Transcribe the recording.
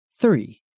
Three